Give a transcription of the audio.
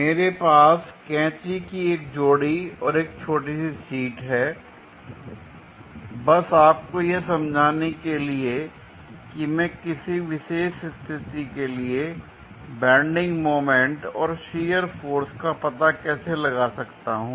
मेरे पास कैंची की एक जोड़ी और एक छोटी सी शीट है बस आपको यह समझाने के लिए कि मैं किसी विशेष स्थिति के लिए बेंडिंग मोमेंट और शियर फोर्स का पता कैसे लगा सकता हूं